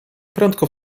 prędko